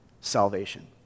salvation